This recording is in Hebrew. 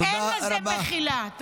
אין לזה מחילה.